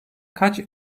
kaç